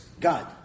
God